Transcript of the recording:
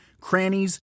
crannies